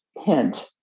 hint